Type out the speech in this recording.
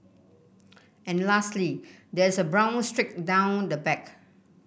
and lastly there is a brown streak down the back